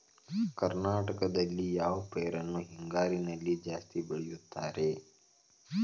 ಕರ್ನಾಟಕದಲ್ಲಿ ಯಾವ ಪೈರನ್ನು ಹಿಂಗಾರಿನಲ್ಲಿ ಜಾಸ್ತಿ ಬೆಳೆಯುತ್ತಾರೆ?